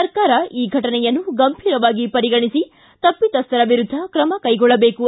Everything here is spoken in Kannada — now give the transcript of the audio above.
ಸರ್ಕಾರ ಈ ಘಟನೆಯನ್ನು ಗಂಭೀರವಾಗಿ ಪರಿಗಣಿಸಿ ತಪ್ಪಿತಸ್ಥರ ವಿರುದ್ಧ ಕ್ರಮ ಕೈಗೊಳ್ಳಬೇಕು